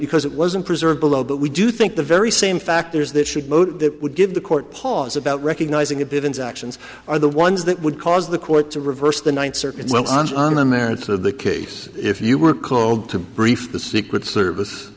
because it wasn't preserved below but we do think the very same factors that should mode that would give the court pause about recognizing a begins actions are the ones that would cause the court to reverse the ninth circuit on the merits of the case if you were called to brief the secret service